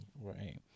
Right